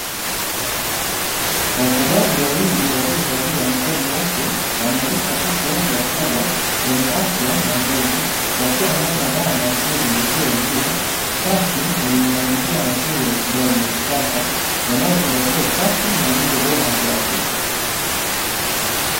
Wafugaji wawili waliovalia nguo nyeupe wanalisha kuku wengi wakubwa wenye afya na nguvu wakiwa ndani ya banda lililozungushiwa uzio, safi na lenye mazingira mazuri ya ufugaji wa kisasa unaozingatia usafi na lishe bora kila siku.